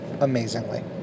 amazingly